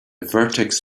vertex